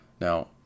Now